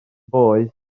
boeth